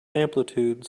amplitude